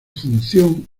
función